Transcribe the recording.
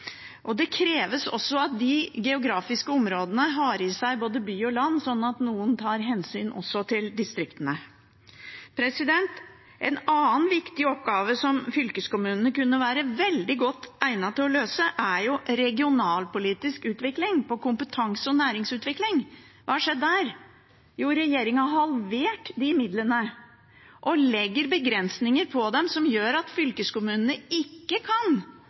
Det kreves også at de geografiske områdene har i seg både by og land, sånn at noen tar hensyn også til distriktene. En annen viktig oppgave som fylkeskommunene kunne være veldig godt egnet til å løse, er regionalpolitisk utvikling – kompetanse- og næringsutvikling. Hva har skjedd der? Jo, regjeringen har halvert midlene og legger begrensninger på dem som gjør at fylkeskommunene ikke kan